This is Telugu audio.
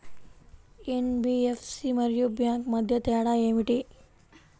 ఎన్.బీ.ఎఫ్.సి మరియు బ్యాంక్ మధ్య తేడా ఏమిటీ?